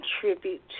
contribute